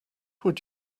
would